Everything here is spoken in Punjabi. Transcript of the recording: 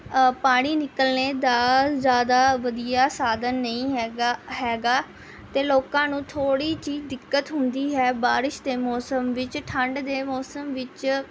ਪਾਣੀ ਨਿਕਲਣ ਦਾ ਜ਼ਿਆਦਾ ਵਧੀਆ ਸਾਧਨ ਨਹੀਂ ਹੈਗਾ ਹੈਗਾ ਅਤੇ ਲੋਕਾਂ ਨੂੰ ਥੋੜ੍ਹੀ ਜਿਹੀ ਦਿੱਕਤ ਹੁੰਦੀ ਹੈ ਬਾਰਿਸ਼ ਦੇ ਮੌਸਮ ਵਿੱਚ ਠੰਡ ਦੇ ਮੌਸਮ ਵਿੱਚ